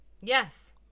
yes